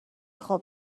خوب